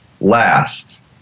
last